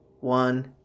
one